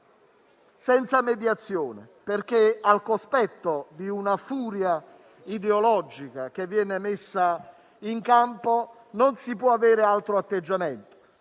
senza mediazione, perché, al cospetto della furia ideologica che viene messa in campo, non si può avere altro atteggiamento.